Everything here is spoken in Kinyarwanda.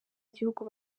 gihugu